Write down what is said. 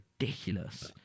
ridiculous